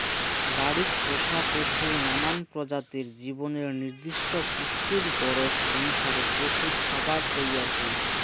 বাড়িত পোষা পশুর নানান প্রজাতির জীবনের নির্দিষ্ট পুষ্টির গরোজ অনুসারে পশুরখাবার তৈয়ার হই